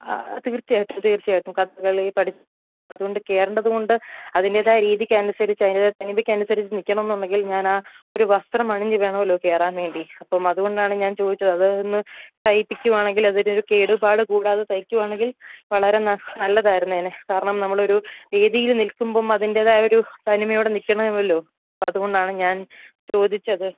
തീർച്ചയായിട്ടും തീർച്ചയായിട്ടും കഥകളി പഠിച്ച് അതുകൊണ്ട് കയറേണ്ടതുകൊണ്ട് അതിൻറേതായ രീതിക്കനുസരിച്ച് അതിൻറേതായ രീതിക്കനുസരിച്ച് നിൽക്കണം എന്നുണ്ടെങ്കിൽ ഞാനാ ഒരു വസ്ത്രം അണിഞ്ഞു വേണമല്ലോ കയറാൻ വേണ്ടി അപ്പം അതുകൊണ്ടാണ് ഞാൻ ചോദിച്ചത് അതൊന്ന് തയ്പ്പിക്കുവാണെങ്കിൽ അതൊരു കേടുപാടു കൂടാതെ തയ്ക്കുവാണെങ്കിൽ വളരെ ന നല്ലതായിരുന്നേനെ കാരണം നമ്മളൊരു വേദിയിൽ നിൽക്കുമ്പം അതിൻറേതായ ഒരു തനിമയോടെ നിൽക്കണമല്ലോ അതുകൊണ്ടാണ് ഞാൻ ചോദിച്ചത്